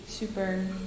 Super